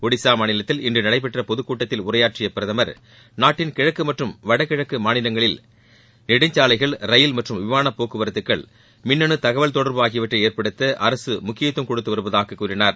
ஒடிசா மாநிலத்தில் இன்று நடைபெற்ற பொதுக்கூட்டத்தில் உரையாற்றிய பிரதமர் நாட்டின் கிழக்கு மற்றும் வடகிழக்கு மாநிலங்களில் நெடுஞ்சாலைகள் ரயில் மற்றும் விமான போக்குவரத்துக்கள் மின்னணு தகவல் தொடர்பு ஆகியவற்றை ஏற்படுத்த அரசு முக்கியத்துவம் கொடுத்து வருவதாக கூறினார்